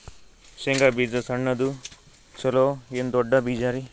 ಶೇಂಗಾ ಬೀಜ ಸಣ್ಣದು ಚಲೋ ಏನ್ ದೊಡ್ಡ ಬೀಜರಿ?